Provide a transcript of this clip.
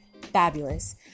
fabulous